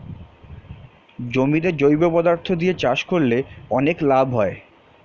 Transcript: জমিতে জৈব পদার্থ দিয়ে চাষ করলে অনেক লাভ হয়